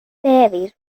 series